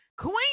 Queen